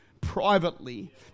privately